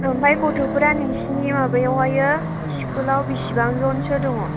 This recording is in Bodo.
ओमफ्राय गथ'फोरा नोंसोरनि माबायावहाय स्कुलाव बेसेबां जनसो दङ